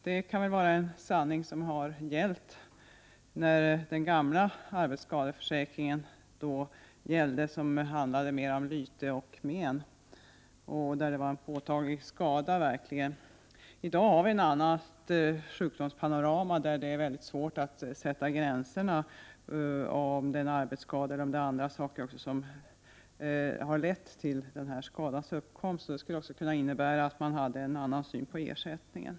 Det kan väl vara en sanning som har gällt när den gamla arbetsskadeförsäkringen var i kraft, den som handlade mer om lyte och men och där det verkligen var fråga om påtaglig skada. I dag ser vi ett annat sjukdomspanorama, där det är svårt att sätta gränserna och avgöra om det är fråga om en arbetsskada eller om det är andra saker som har lett till skadans uppkomst. Detta skulle också kunna innebära en annan syn på ersättningen.